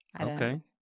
Okay